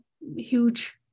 huge